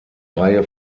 reihe